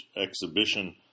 exhibition